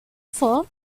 fur